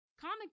comic